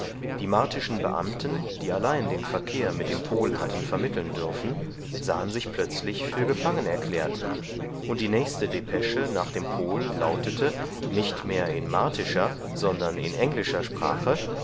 die martischen beamten die allein den verkehr mit dem pol hatten vermitteln dürfen sahen sich plötzlich für gefangen erklärt und die nächste depesche nach dem pol lautete nicht mehr in martischer sondern in englischer sprache